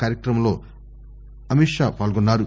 కార్యక్రమంలో అమిత్ షా పాల్గొన్నారు